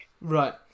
Right